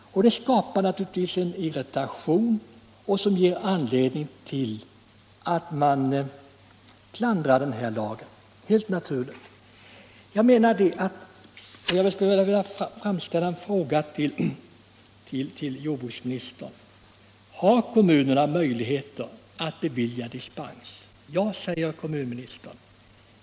Detta ger helt naturligt anledning till kritik mot denna lag. Jag frågar jordbruksministern: Har kommunerna möjligheter att bevilja dispens? Ja, säger jordbruksministern.